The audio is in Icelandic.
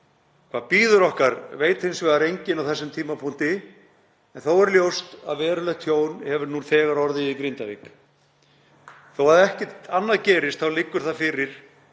Hvað bíður okkar veit hins vegar enginn á þessum tímapunkti en þó er ljóst að verulegt tjón hefur nú þegar orðið í Grindavík. Þótt ekkert annað gerist þá liggur það fyrir